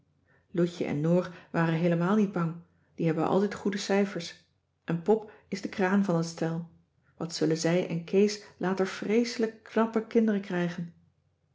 loutje en noor waren heelemaal niet bang die hebben altijd goede cijfers en pop is de kraan van het stel wat zullen zij en kees later vreeselijke knappe kinderen krijgen